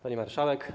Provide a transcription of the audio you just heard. Pani Marszałek!